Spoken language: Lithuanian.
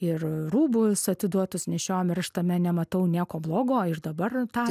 ir rūbus atiduotus nešiojom ir aš tame nematau nieko blogo ir dabar tą